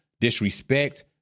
disrespect